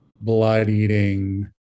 blood-eating